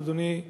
אדוני,